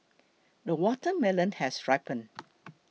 the watermelon has ripened